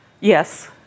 Yes